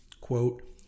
quote